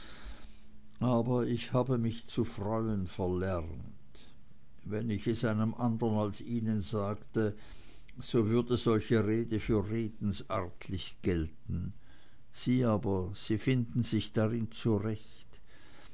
aber ich habe mich zu freuen verlernt wenn ich es einem anderen als ihnen sagte so würde solche rede für redensartlich gelten sie aber sie finden sich darin zurecht